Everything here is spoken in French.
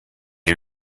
est